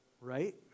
right